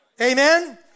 Amen